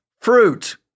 fruit